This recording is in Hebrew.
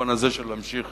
במובן הזה של להמשיך